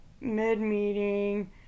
mid-meeting